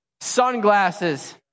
Sunglasses